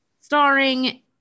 Starring